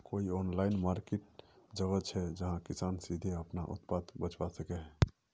कोई online market जगह छे जहाँ किसान सीधे अपना उत्पाद बचवा सको हो?